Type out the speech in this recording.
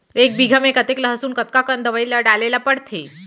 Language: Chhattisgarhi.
एक बीघा में कतेक लहसुन कतका कन दवई ल डाले ल पड़थे?